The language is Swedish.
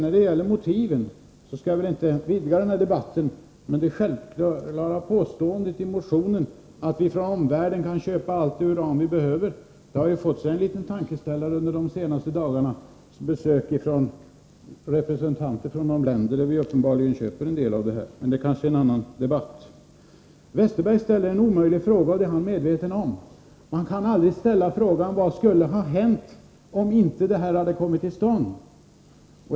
När det sedan gäller motiven skall jag inte vidga debatten men vill ändå säga beträffande påståendet i motionen, att vi från omvärlden kan köpa allt det uran vi behöver, att vi ju har fått oss en tankeställare de senaste dagarna i samband med besök av representanter för de länder där vi uppenbarligen köper en del av det uran vi använder. Men detta kanske, som sagt, hör hemma i en annan debatt. Per Westerberg ställde en omöjlig fråga; det är han medveten om. Man kan aldrig ställa frågan: Vad skulle ha hänt om inte det här hade kommit till stånd?